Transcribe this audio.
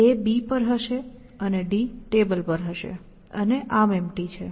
A B પર હશે અને D ટેબલ પર હશે અને ArmEmpty છે